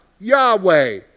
Yahweh